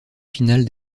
finale